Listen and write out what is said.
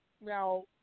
now